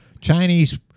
Chinese